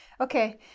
Okay